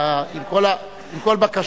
עם כל בקשתי,